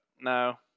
no